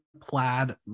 plaid